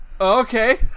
okay